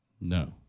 No